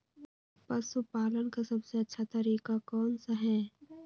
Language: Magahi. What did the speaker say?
पशु पालन का सबसे अच्छा तरीका कौन सा हैँ?